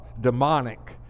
demonic